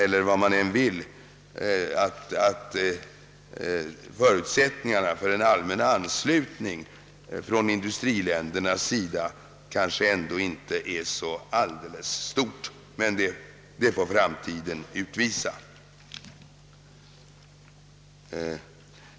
Men det kan hända att förutsättningarna för en allmän anslutning från industriländernas sida ändå inte är så stora. Det får dock framtiden utvisa.